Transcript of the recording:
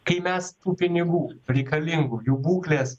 kai mes tų pinigų reikalingų jų būklės